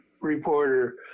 reporter